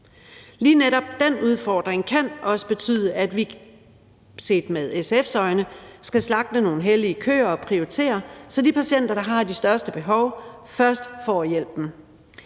Lige netop den udfordring kan også betyde, at vi set med SF's øjne skal slagte nogle hellige køer og prioritere, så de patienter, der har de største behov, først får hjælpen.